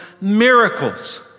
miracles